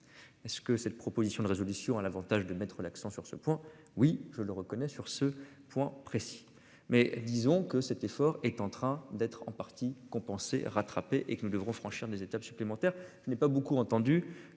Est-ce que cette proposition de résolution à l'Avantage de mettre l'accent sur ce point. Oui je le reconnais. Sur ce point précis, mais disons que cet effort est en train d'être en partie compensée rattraper et que nous devrons franchir des étapes supplémentaires. Je n'ai pas beaucoup entendu